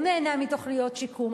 הוא נהנה מתוכניות שיקום.